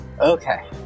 Okay